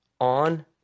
on